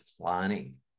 planning